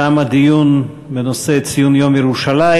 תם הדיון בנושא ציון יום ירושלים.